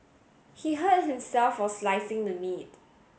he hurt himself while slicing the meat